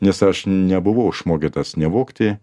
nes aš nebuvau išmokytas nevogti